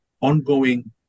ongoing